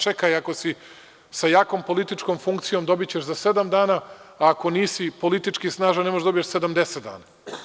Čekaj, ako si sa jakom političkom funkcijom dobićeš za sedam dana, a ako nisi politički snažan, ne možeš da dobiješ 70 dana.